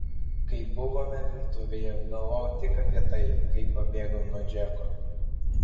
kai buvome virtuvėje galvojau tik apie tai kaip pabėgau nuo džeko